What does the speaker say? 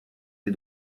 les